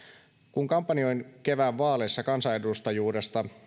kun kampanjoin kevään vaaleissa kansanedustajuudesta